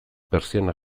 pertsianak